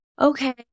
Okay